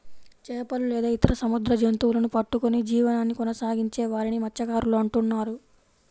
చేపలు లేదా ఇతర సముద్ర జంతువులను పట్టుకొని జీవనాన్ని కొనసాగించే వారిని మత్య్సకారులు అంటున్నారు